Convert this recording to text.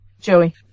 Joey